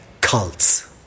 cults